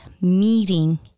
meeting